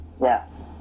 yes